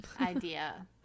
idea